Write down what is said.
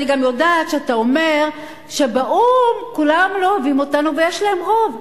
אני גם יודעת שאתה אומר שבאו"ם כולם לא אוהבים אותנו ויש להם רוב.